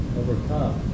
overcome